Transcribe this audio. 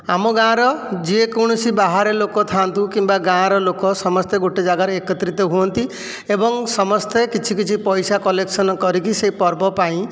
ଆମ ଗାଁର ଯିଏ କୌଣସି ବାହାରେ ଲୋକ ଥା'ନ୍ତୁ କିମ୍ବା ଗାଁର ଲୋକ ସମସ୍ତେ ଗୋଟିଏ ଜାଗାରେ ଏକତ୍ରିତ ହୁଅନ୍ତି ଏବଂ ସମସ୍ତେ କିଛି କିଛି ପଇସା କଲେକ୍ସନ କରିକି ସେଇ ପର୍ବ ପାଇଁ